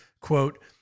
quote